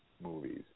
movies